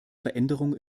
veränderung